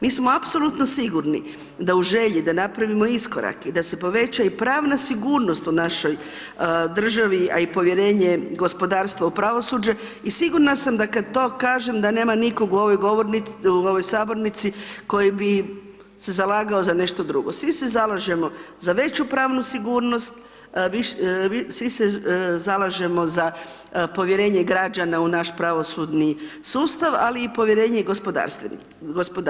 Mi smo apsolutno sigurni da u želji da napravimo iskorak i da se poveća i pravna sigurnost u našoj državi, a i povjerenje gospodarstva u pravosuđe i sigurna sam da kad to kažem da nema nikog u ovoj Sabornici koji bi se zalagao za nešto drugo, svi se zalažemo za veću pravnu sigurnost, svi se zalažemo za povjerenje građana u naš pravosudni sustav, ali i povjerenje gospodarstvenika.